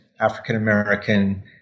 African-American